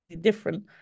different